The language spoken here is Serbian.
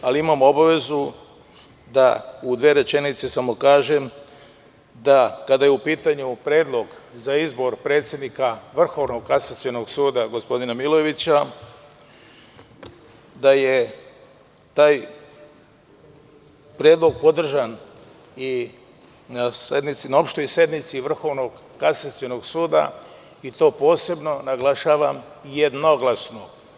Imam obavezu da u dve rečenice samo kažem da kada je u pitanju predlog za izbor predsednika Vrhovnog kasacionog suda, gospodina Milojevića, da je taj predlog podržan i na opštoj sednici Vrhovnog kasacionog suda i to, posebno naglašavam, jednoglasno.